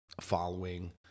following